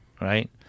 right